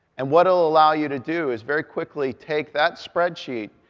and what it will allow you to do is very quickly take that spreadsheet,